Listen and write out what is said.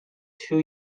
two